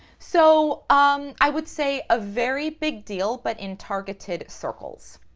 so um i would say a very big deal, but in targeted circles.